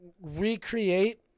recreate